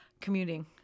commuting